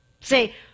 Say